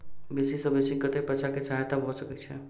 बेसी सऽ बेसी कतै पैसा केँ सहायता भऽ सकय छै?